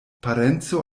parenco